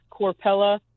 Corpella